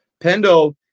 Pendo